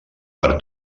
per